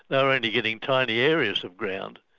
they were only getting tiny areas of ground.